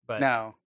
No